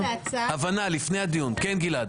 כן, גלעד.